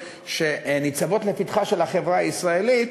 שניצבות לפתחה של החברה הישראלית,